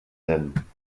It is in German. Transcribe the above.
nennen